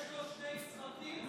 יש לו שני צוותים?